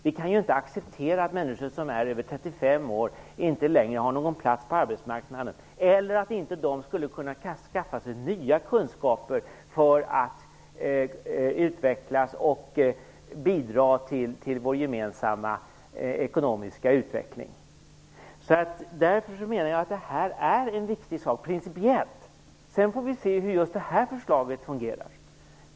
Vi kan inte acceptera att människor som är över 35 år inte längre har någon plats på arbetsmarknaden eller att de inte skulle kunna skaffa sig nya kunskaper för att utvecklas och bidra till vår gemensamma ekonomiska utveckling. Därför menar jag att detta är en principiellt viktig sak. Sedan får vi se hur just det här förslaget fungerar.